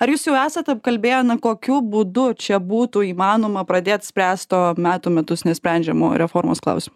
ar jūs jau esat apkalbėję na kokiu būdu čia būtų įmanoma pradėt spręst o metų metus nesprendžiamų reformos klausimų